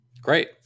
Great